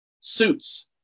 suits